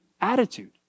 attitude